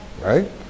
Right